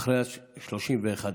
אחרי 31 במאי.